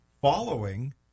Following